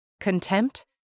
contempt